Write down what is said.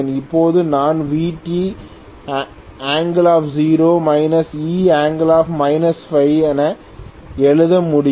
இப்போது நான் Vt0 E என எழுத முடியும்